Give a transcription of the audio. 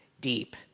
deep